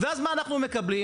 ואז מה אנחנו מקבלים?